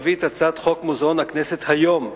להביא את הצעת חוק מוזיאון הכנסת היום,